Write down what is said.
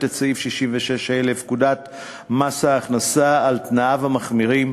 את סעיף 66(ה) לפקודת מס ההכנסה על תנאיו המחמירים.